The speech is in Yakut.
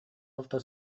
алта